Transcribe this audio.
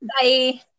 Bye